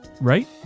right